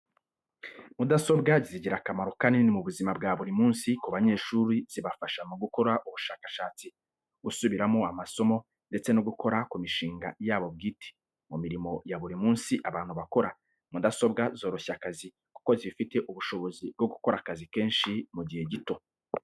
Mudasobwa zigira akamaro kanini mu buzima bwa buri munsi, ku banyeshuri zibafasha mu gukora ubushakashatsi, gusubiramo amasomo ndetse no gukora ku mishinga yabo bwite. Mu mirimo ya buri munsi abantu bakora, mudasobwa zoroshya akazi kuko zifite ubushobozi bwo gukora akazi kenshi mu gihe gito.